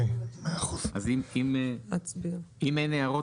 אם אין הערות,